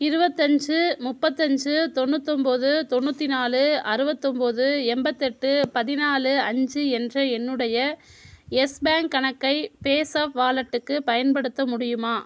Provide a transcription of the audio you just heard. இருபத்தஞ்சு முப்பத்தஞ்சு தொண்ணூற்று ஒம்பது தொண்ணுற்றினாலு அறுபத்து ஒம்பது எண்பத்தெட்டு பதினாலு அஞ்சு என்ற என்னுடைய யெஸ் பேங்க் கணக்கை பேஸாப் வாலெட்டுக்கு பயன்படுத்த முடியுமா